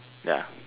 ya